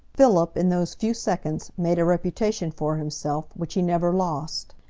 philip in those few seconds made a reputation for himself which he never lost.